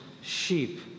sheep